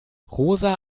rosa